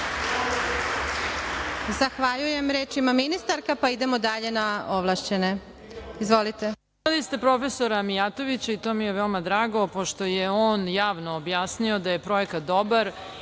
Zahvaljujem. Reč ima ministarka, pa idemo dalje na ovlašćene. Izvolite.